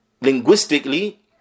linguistically